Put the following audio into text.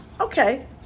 Okay